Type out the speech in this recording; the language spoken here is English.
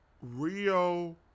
Rio